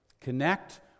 Connect